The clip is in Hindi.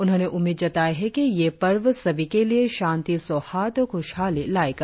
उन्होंने उम्मीद जताई है कि यह पर्व सभी के लिए शांति सौहार्द और खुशहाली लाएगा